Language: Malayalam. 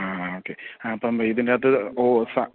ആ ഓക്കേ അപ്പോൾ ഇതിൻ്റകത്ത് ഓ